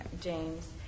James